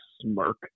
smirk